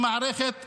במערכת החינוך.